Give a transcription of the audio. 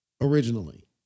originally